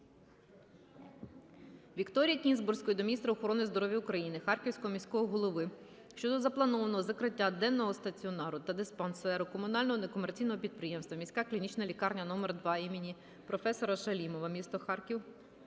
Вікторії Кінзбурської до міністра охорони здоров'я України, Харківського міського голови щодо запланованого закриття денного стаціонару та диспансеру Комунального некомерційного підприємства "Міська клінічна лікарня № 2 імені професора Шалімова" (місто Харків)